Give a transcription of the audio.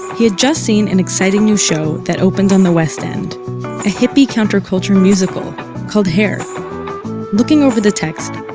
he had just seen an exciting new show that opened on the west end a hippie counterculture musical called hair looking over the text,